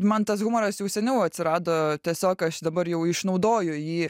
man tas humoras jau seniau atsirado tiesiog aš dabar jau išnaudoju jį